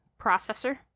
processor